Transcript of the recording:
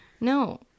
No